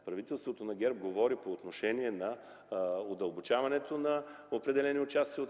правителството на ГЕРБ говори по отношение на удълбочаването на определени участъци